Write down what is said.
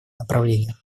направлениях